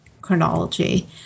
chronology